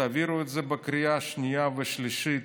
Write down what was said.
תעבירו את זה בקריאה שנייה ושלישית